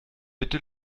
bitte